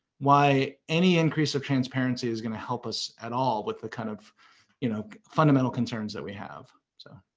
why any increase of transparency is gonna help us at all with the kind of you know fundamental concerns that we have. so